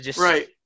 right